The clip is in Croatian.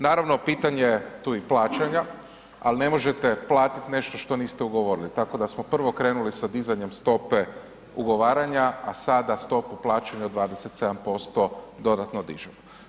Naravno, pitanje je tu i plaćanja, al ne možete platit nešto što niste ugovorili, tako da smo prvo krenuli sa dizanjem stope ugovaranja, a sada stopu plaćanja od 27% dodatno dižemo.